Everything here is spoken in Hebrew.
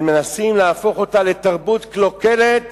מנסים להפוך אותה לתרבות קלוקלת